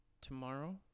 Tomorrow